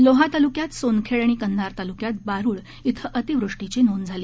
लोहा तालुक्यात सोनखेड आणि कंधार तालुक्यात बारूळ इथं अतिवृष्टीची नोंद झाली